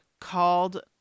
called